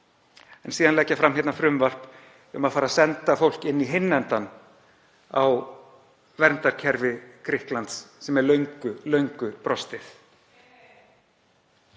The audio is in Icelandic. en leggja síðan fram frumvarp um að fara að senda fólk inn í hinn endann á verndarkerfi Grikklands sem er löngu brostið.